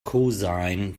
cosine